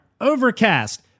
Overcast